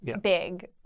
big